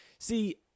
See